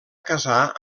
casar